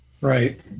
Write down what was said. Right